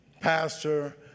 Pastor